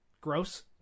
gross